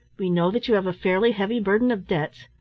we know that you have a fairly heavy burden of debts,